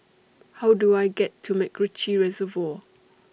How Do I get to Macritchie Reservoir